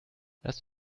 lass